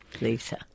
Lisa